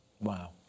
Wow